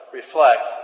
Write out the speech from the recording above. reflect